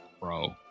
Bro